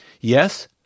Yes